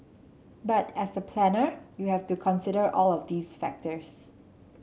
but as a planner you have to consider all of these factors